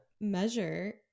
measure